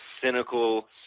cynical